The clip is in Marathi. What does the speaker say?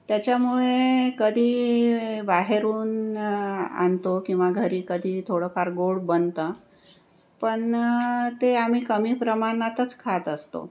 त्याच्यामुळे कधी बाहेरून आणतो किंवा घरी कधी थोडंफार गोड बनतं पण ते आम्ही कमी प्रमाणातच खात असतो